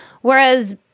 Whereas